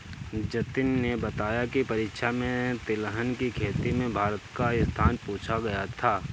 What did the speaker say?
जतिन ने बताया की परीक्षा में तिलहन की खेती में भारत का स्थान पूछा गया था